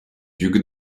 ducs